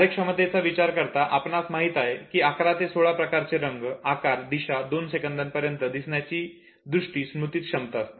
कार्यक्षमतेचा विचार करता आपणास माहित आहे की 11 ते 16 प्रकारचे रंग आकार दिशा दोन सेकंदापर्यंत दिसण्याची दृष्टी स्मृतीची क्षमता असते